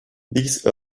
these